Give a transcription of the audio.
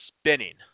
spinning